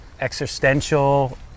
existential